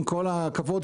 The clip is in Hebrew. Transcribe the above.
עם כל הכבוד,